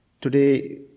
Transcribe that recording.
Today